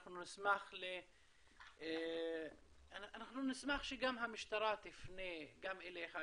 אנחנו נשמח שהמשטרה תפנה גם אליך,